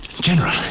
General